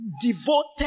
devoted